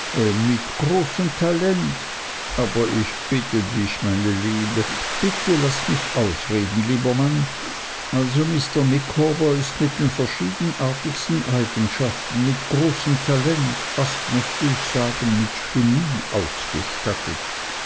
mit großem talent aber ich bitte dich meine liebe bitte laß mich ausreden lieber mann also mr micawber ist mit den verschiedenartigsten eigenschaften mit großem talent fast möchte ich sagen mit genie ausgestattet